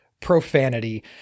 profanity